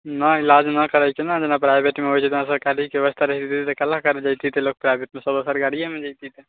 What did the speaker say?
नहि इलाज नहि करै छै जेना प्राइवेटमे होइ छै तेना सरकारीमे बेबस्था रहै छै तऽ कएलए जेतिए प्राइवेटमे सब तऽ सरकारिएमे जेतै